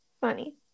funny